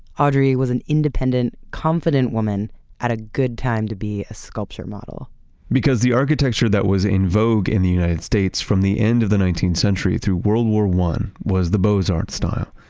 audrey was an independent, confident woman at a good time to be a sculpture model because the architecture that was in vogue in the united states from the end of the nineteenth century through world war i was the beaux-arts style.